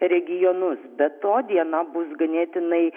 regionus be to diena bus ganėtinai